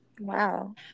wow